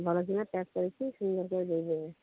ଭଲ କିନା ପ୍ୟାକ୍ କରିକି ଦେଇଦେବେ